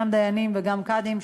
גם דיינים וגם קאדים,